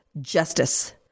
justice